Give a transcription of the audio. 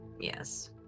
yes